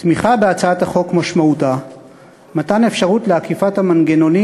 תמיכה בהצעת החוק משמעותה מתן אפשרות לעקיפת המנגנונים